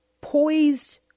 poised